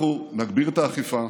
אנחנו נגביר את האכיפה.